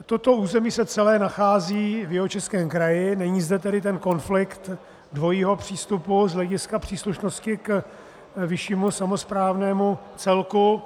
Toto území se celé nachází v Jihočeském kraji, není zde konflikt dvojího přístupu z hlediska příslušnosti k vyššímu samosprávnému celku.